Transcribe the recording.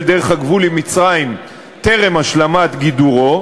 דרך הגבול עם מצרים טרם השלמת גידורו,